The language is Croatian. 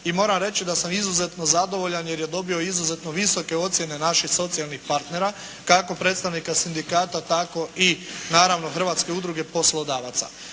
i moram reći da sam izuzetno zadovoljan jer je dobio izuzetno visoke ocjene naših socijalnih partnera kako predstavnike sindikata tako i naravno Hrvatske udruge poslodavaca.